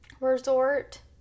Resort